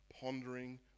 pondering